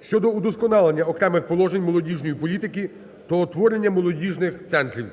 (щодо вдосконалення окремих положень молодіжної політики та утворення молодіжних центрів).